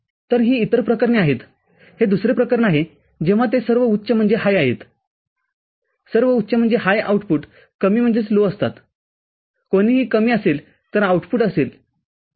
तर ही इतर प्रकरणे आहेत हे दुसरे प्रकरण आहे जेव्हा ते सर्व उच्चआहेत सर्व उच्च आउटपुट कमी असतातकोणीही कमीअसेल तर आउटपुटउच्चअसेल